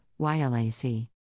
YLAC